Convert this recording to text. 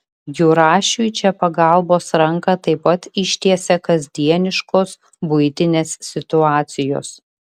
jurašiui čia pagalbos ranką taip pat ištiesia kasdieniškos buitinės situacijos